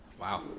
Wow